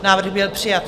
Návrh byl přijat.